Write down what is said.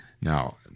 Now